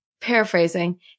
paraphrasing